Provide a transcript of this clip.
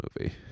movie